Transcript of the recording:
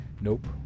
Nope